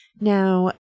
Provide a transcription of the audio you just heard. Now